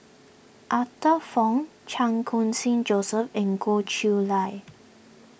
Arthur Fong Chan Khun Sing Joseph and Goh Chiew Lye